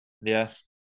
Yes